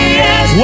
yes